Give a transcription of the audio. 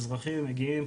אזרחים מגיעים,